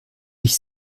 ich